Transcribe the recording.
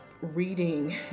reading